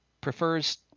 prefers